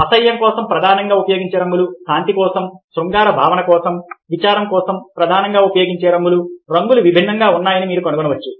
అసహ్యం కోసం ప్రధానంగా ఉపయోగించే రంగులు శాంతి కోసం శృంగార భావన కోసం విచారం కోసం ప్రధానంగా ఉపయోగించే రంగులు రంగులు విభిన్నంగా ఉన్నాయని మీరు కనుగొనవచ్చు